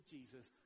Jesus